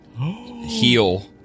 heal